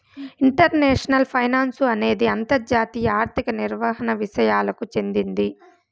international finance అనేది అంతర్జాతీయ ఆర్థిక నిర్వహణ విసయాలకు చెందింది